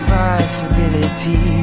possibility